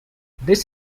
this